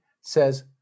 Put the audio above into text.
says